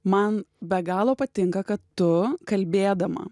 man be galo patinka kad tu kalbėdama